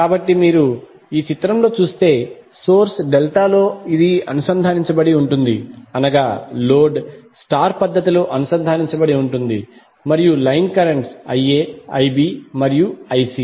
కాబట్టి మీరు ఈ చిత్రంలో చూస్తే సోర్స్ డెల్టా లో ఇది అనుసంధానించబడి ఉంటుంది అనగా లోడ్ స్టార్ పద్దతి లో అనుసంధానించబడి ఉంటుంది మరియు లైన్ కరెంట్స్ Ia Ib మరియుIc